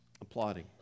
applauding